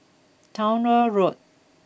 Towner Road